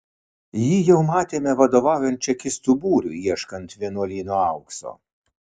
jį jau matėme vadovaujant čekistų būriui ieškant vienuolyno aukso